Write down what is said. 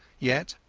yet,